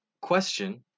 question